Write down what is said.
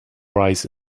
rice